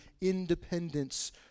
independence